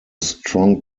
strong